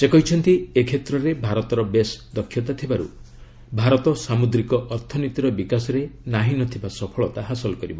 ସେ କହିଛନ୍ତି ଏ କ୍ଷେତ୍ରରେ ଭାରତର ବେଶ୍ ଦକ୍ଷତା ଥିବାରୁ ଭାରତ ସାମୁଦ୍ରିକ ଅର୍ଥନୀତିର ବିକାଶରେ ନାହିଁ ନ ଥିବା ସଫଳତା ହାସଲ କରିବ